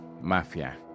mafia